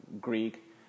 Greek